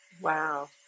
wow